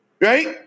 Right